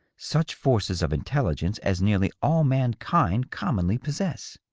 such forces of intelligence as nearly all mankind com monly possess?